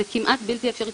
זה כמעט בלתי אפשרי.